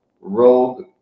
Rogue